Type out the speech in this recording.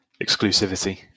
exclusivity